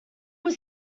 was